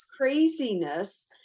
craziness